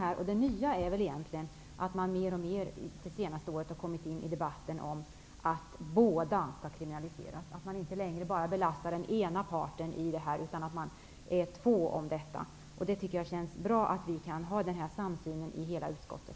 Det nya är väl egentligen att det mer och mer under det senaste året har kommit in i debatten att båda skall kriminaliseras, att inte bara den ena parten skall belastas. Det känns bra att vi kan ha den samsynen i hela utskottet.